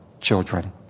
children